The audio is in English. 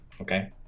Okay